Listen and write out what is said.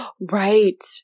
right